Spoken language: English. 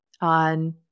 on